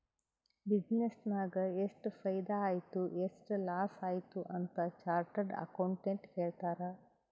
business ನಾಗ್ ಎಷ್ಟ ಫೈದಾ ಆಯ್ತು ಎಷ್ಟ ಲಾಸ್ ಆಯ್ತು ಅಂತ್ ಚಾರ್ಟರ್ಡ್ ಅಕೌಂಟೆಂಟ್ ಹೇಳ್ತಾರ್